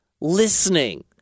Listening